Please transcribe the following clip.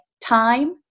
time